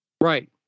Right